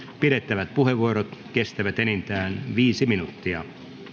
pidettävät puheenvuorot kestävät enintään viisi minuuttia